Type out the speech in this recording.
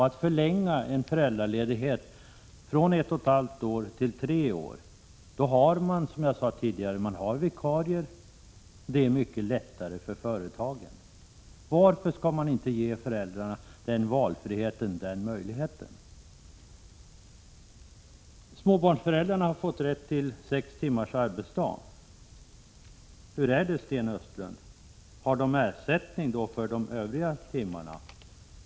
Föräldraledigheten kan förlängas från ett och ett halvt till tre år — det finns ju vikarier, och det blir mycket lättare för företagen. Varför kan föräldrarna inte få den möjligheten? Småbarnsföräldrarna har fått rätt till sex timmars arbetsdag. Får de då, Sten Östlund, ersättning för de övriga timmarna?